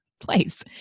place